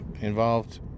involved